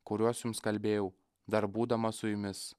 kuriuos jums kalbėjau dar būdamas su jumis